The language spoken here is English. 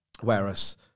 Whereas